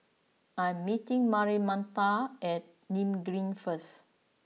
I am meeting Marianita at Nim Green First